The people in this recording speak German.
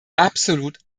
absolut